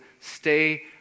stay